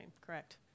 correct